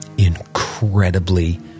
incredibly